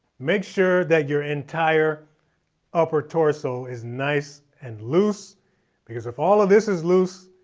make sure that your entire upper torso is nice and loose because if all of this is loose,